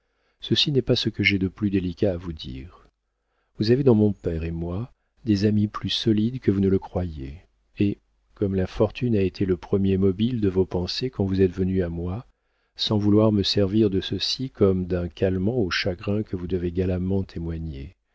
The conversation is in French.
ceci n'est pas ce que j'ai de plus délicat à vous dire vous avez dans mon père et moi des amis plus solides que vous ne le croyez et comme la fortune a été le premier mobile de vos pensées quand vous êtes venu à moi sans vouloir me servir de ceci comme d'un calmant au chagrin que vous devez galamment témoigner